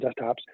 desktops